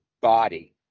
body